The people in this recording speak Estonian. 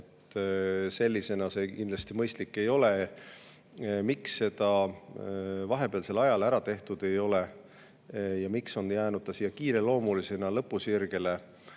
Sellisena see kindlasti mõistlik ei ole. [Selle kohta,] miks seda vahepealsel ajal ära tehtud ei ole ja miks on jäänud ta siia kiireloomulisena lõpusirgele,